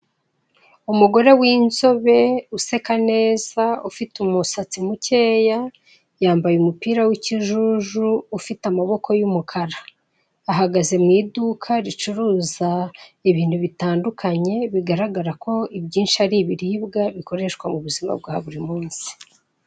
Umugore w'inzobe useka neza ufite umusatsi mukeya, yambaye umupira w'ikijuju ufite amaboko y'umukara, ahagaze mu iduka ricuruza ibintu bitandukanye bigaragara ko ibyinshi ari ibiribwa bikoreshwa mu buzima bwa buri munsi.